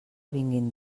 vinguin